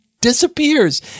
disappears